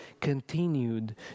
continued